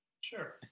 Sure